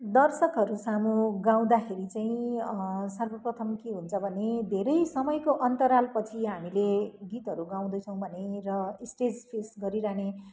दर्शकहरू सामु गाउँदाखेरि चाहिँ सर्वप्रथम के हुन्छ भने धेरै समयको अन्तराल पछि हामीले गीतहरू गाउँदैछौँ भने र स्टेज फेस गरिरहने